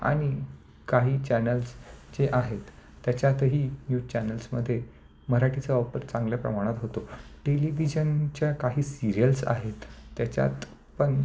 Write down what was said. आणि काही चॅनल्स जे आहेत त्याच्यातही न्यूज चॅनल्समध्ये मराठीचा वापर चांगल्या प्रमाणात होतो टेलीव्हिजन च्या काही सीरियल्स आहेत त्याच्यात पण